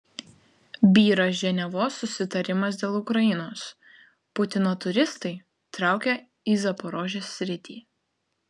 byra ženevos susitarimas dėl ukrainos putino turistai traukia į zaporožės sritį